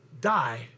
die